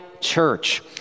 church